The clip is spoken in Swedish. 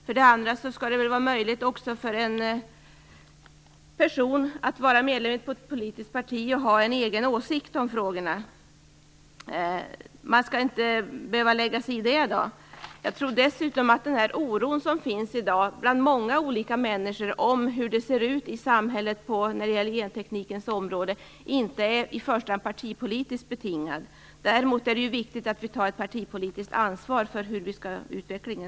För det andra skall det vara möjligt för en person att vara medlem i ett politiskt parti och ha en egen åsikt om frågorna. Man skall inte behöva lägga sig i det. Jag tror dessutom att den oro som finns i dag bland många olika människor om hur det ser ut i samhället när det gäller genteknikens område inte i första hand är partipolitiskt betingad. Däremot är det viktigt att vi tar ett partipolitiskt ansvar för utvecklingen.